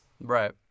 Right